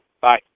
Bye